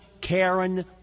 Karen